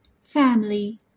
family